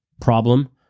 problem